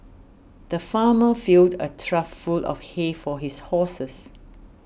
the farmer filled a trough full of hay for his horses